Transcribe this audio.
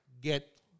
get